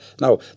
Now